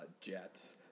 Jets